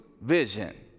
vision